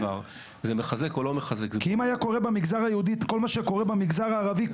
כי אם היה קורה במגזר היהודי את מה שקורה במגזר הערבי,